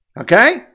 Okay